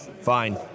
Fine